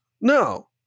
No